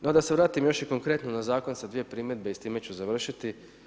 No da se vrati još i konkretno na Zakon sa dvije primjedbe i s time ću završiti.